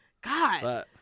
God